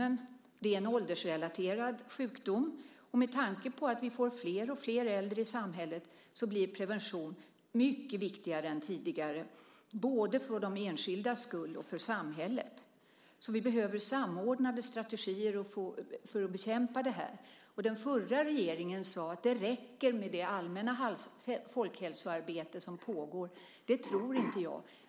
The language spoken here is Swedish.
Det här är en åldersrelaterad sjukdom, och med tanke på att vi får fler och fler äldre i samhället blir prevention mycket viktigare än tidigare både för de enskildas skull och för samhället. Vi behöver samordnade strategier för att bekämpa det här. Den förra regeringen sade att det räcker med det allmänna folkhälsoarbete som pågår. Det tror inte jag.